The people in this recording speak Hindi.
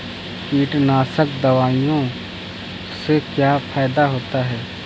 कीटनाशक दवाओं से क्या फायदा होता है?